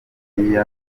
nyarubuye